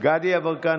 דסטה גדי יברקן,